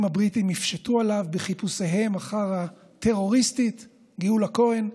הבריטים יפשטו עליו בחיפושיהם אחר הטרוריסטית גאולה כהן,